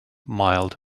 mild